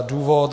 Důvod.